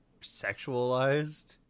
sexualized